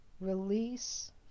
release